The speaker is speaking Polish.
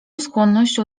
skłonnością